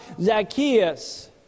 Zacchaeus